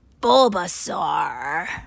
Bulbasaur